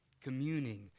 communing